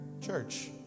Church